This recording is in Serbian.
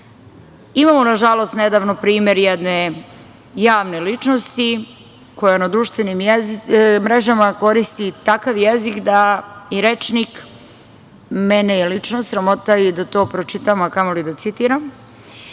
Imamo nažalost nedavno primer jedne javne ličnosti koja na društvenim mrežama koristi takav jezik da, i rečnik, mene je lično sramota i da to pročitam a kamoli da citiram